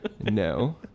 No